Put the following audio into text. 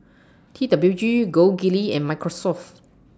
T W G Gold Kili and Microsoft